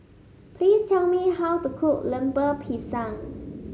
please tell me how to cook Lemper Pisang